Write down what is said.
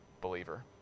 believer